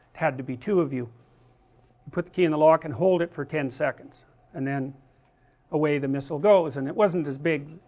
had to be two of you put the key in the lock and hold it for ten seconds and then away the missile goes and it wasn't as big,